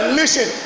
listen